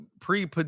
pre